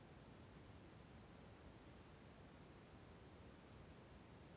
ಕರ್ನಾಟಕದಲ್ಲಿ ಯಾವ ಗೋಧಿಯ ಹೈಬ್ರಿಡ್ ತಳಿಯನ್ನು ಹೆಚ್ಚು ಉಪಯೋಗಿಸುತ್ತಾರೆ?